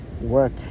work